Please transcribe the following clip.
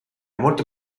molto